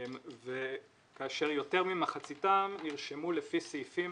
כאשר יותר ממחציתם נרשמו לפי סעיפים